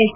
H